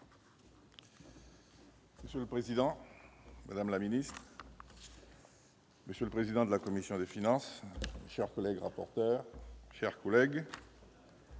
Monsieur le président, madame la ministre, monsieur le président de la commission des finances, mes chers collègues rapporteurs, mes chers collègues,